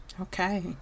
Okay